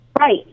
Right